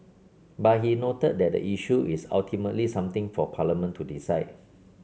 but he noted that the issue is ultimately something for parliament to decide